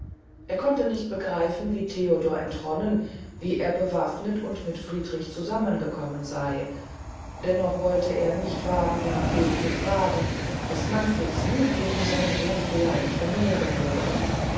er konnte nicht begreifen wie theodor entronnen wie er bewafnet und mit friedrich zusammengekommen sey dennoch wollte er nicht wagen nach dem zu fragen was manfreds wuth gegen seinen sohn vielleicht vermehren würde